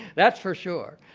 that's for sure.